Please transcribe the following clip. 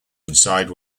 inside